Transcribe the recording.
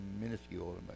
minuscule